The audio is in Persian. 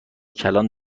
کلان